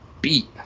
beat